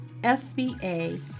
FBA